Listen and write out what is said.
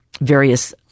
various